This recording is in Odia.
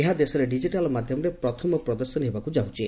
ଏହା ଦେଶରେ ଡିଜିଟାଲ ମାଧ୍ଧମରେ ପ୍ରଥମ ପ୍ରଦର୍ଶନୀ ହେବାକୁ ଯାଉଛି